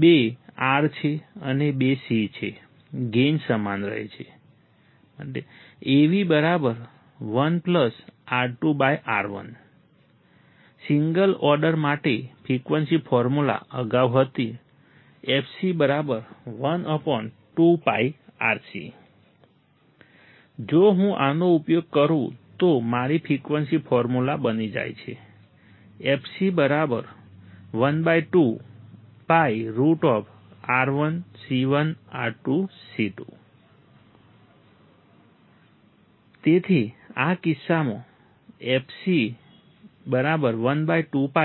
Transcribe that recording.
બે R છે અને બે C છે ગેઇન સમાન રહે છે Av 1 R2R1 સિંગલ ઓર્ડર માટે ફ્રિકવન્સી ફોર્મ્યુલા અગાઉ હતું fc 1 2 π જો હું આનો ઉપયોગ કરું તો મારી ફ્રિકવન્સી ફોર્મ્યુલા બની જાય છે fc 12 π√ R1C1R2C2 તેથી આ કિસ્સામાં fc 1 2 π